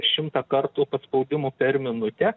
šimtą kartų paspaudimų per minutę